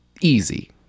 easy